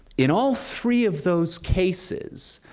in all three of those cases,